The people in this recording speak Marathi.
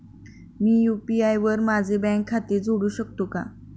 मी यु.पी.आय वर माझे बँक खाते जोडू शकतो का?